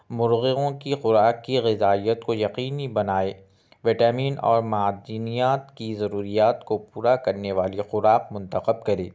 مرغوں کی خوراک کی غذائیت کو یقینی بنائے ویٹیمین اور معدنیات کی ضروریات کو پورا کرنے والی خوراک منتخب کرے